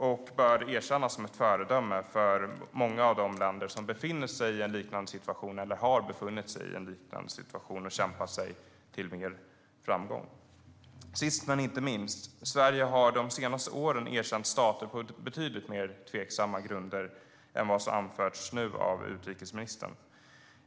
Det bör erkännas som ett föredöme för många av de länder som befinner sig i eller har befunnit sig i en liknande situation och kämpat sig till mer framgång. Sist men inte minst: Sverige har under de senaste åren erkänt stater på betydligt mer tveksamma grunder än vad som har anförts nu av utrikesministern.